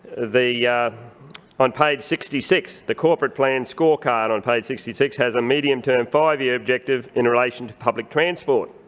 yeah on page sixty six, the corporate plan scorecard on page sixty six has a medium term five year objective in relation to public transport.